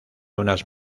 unas